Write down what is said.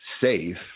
safe